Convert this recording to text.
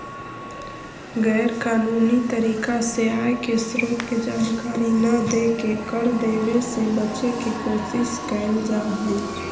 गैर कानूनी तरीका से आय के स्रोत के जानकारी न देके कर देवे से बचे के कोशिश कैल जा हई